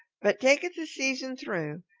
but take it the season through,